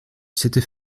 s’était